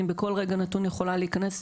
אני בכל רגע נתון יכולה להכנס.